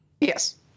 Yes